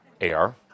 Air